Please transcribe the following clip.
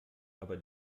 aber